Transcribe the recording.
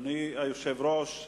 אדוני היושב-ראש,